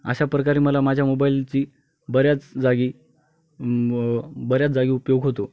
अशा प्रकारे मला माझ्या मोबाईलची बऱ्याच जागी बऱ्याच जागी उपयोग होतो